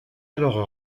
alors